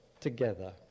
together